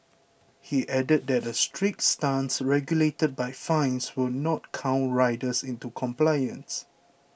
he added that a strict stance regulated by fines will not cow riders into compliance